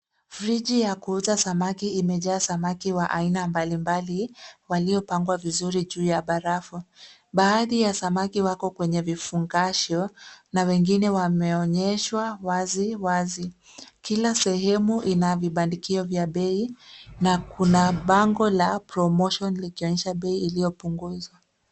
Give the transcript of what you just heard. Friji ya kuuza samaki imejaa samaki wa aina mbalimbali walio pangwa vizuri juu ya barafu. Baahadhi ya samaki wako kwenye vifungashyo na wengine wameonyeshwa waziwazi. Kila sehemu ina vibandikio vya bei na kuna bango la promotion likionyesha bei ilio punguzwa.